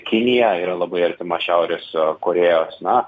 kinija yra labai artima šiaurės korėjos na